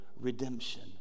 redemption